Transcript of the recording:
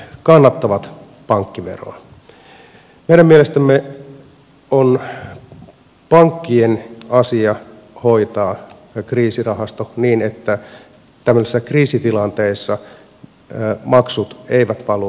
meidän mielestämme on pankkien asia hoitaa kriisirahasto niin että tämmöisessä kriisitilanteessa maksut eivät valu veronmaksajille